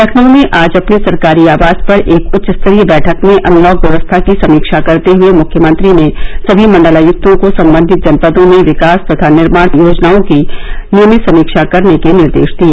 लखनऊ में आज अपने सरकारी आवास पर एक उच्च स्तरीय बैठक में अनलॉक व्यवस्था की समीक्षा करते हए मुख्यमंत्री ने सभी मंडलायक्तों को संबंधित जनपदों में विकास व निर्माण योजनाओं की नियमित समीक्षा करने के निर्देश दिए